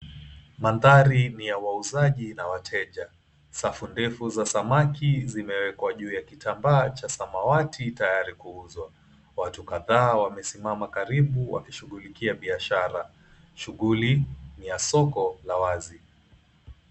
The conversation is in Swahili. Maandhari ni ya wauzaji na wateja. Safi ndefu za samaki zimewekwa juu ya kitambaa cha samawati tayari kuuzwa watu kadhaa wamesimama karibu wameshughulikia biashara. Shughuli ni ya soko la wazi.